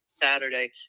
Saturday